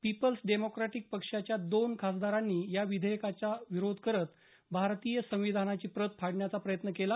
people's Democratic पक्षाच्या दोन खासदारांनी या विधेयकाचा विरोध करत भारतीय संविधानाची प्रत फाडण्याचा प्रयत्न केला